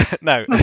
No